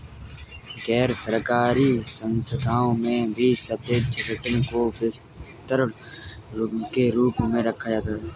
गैरसरकारी संस्थाओं में भी सापेक्ष रिटर्न को वितरण के रूप में रखा जाता है